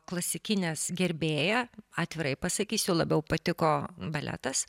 klasikinės gerbėja atvirai pasakysiu labiau patiko baletas